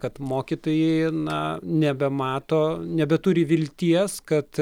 kad mokytojai na nebemato nebeturi vilties kad